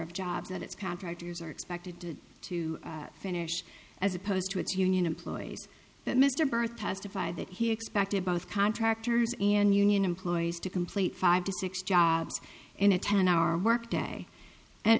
of jobs that its contractors are expected to finish as opposed to it's union employees that mr berth testified that he expected both contractors and union employees to complete five to six jobs in a ten hour work day